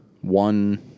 One